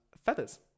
feathers